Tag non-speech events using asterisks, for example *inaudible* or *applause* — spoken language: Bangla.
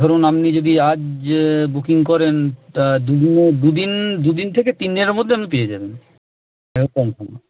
ধরুন আপনি যদি আজ বুকিং করেন তা দু দিনে দু দিন দু দিন থেকে তিন দিনের মধ্যে আপনি পেয়ে যাবেন *unintelligible*